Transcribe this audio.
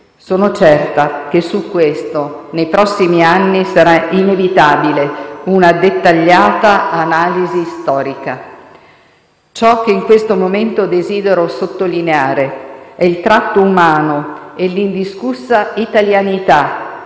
Sono certa che su questo nei prossimi anni sarà inevitabile una dettagliata analisi storica. Ciò che in questo momento desidero sottolineare è il tratto umano e l'indiscussa italianità